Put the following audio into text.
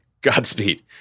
Godspeed